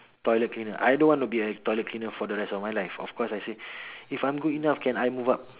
toilet cleaner I don't want to be a toilet cleaner for the rest of my life of course I say if I'm good enough can I move up